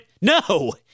No